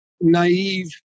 naive